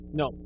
no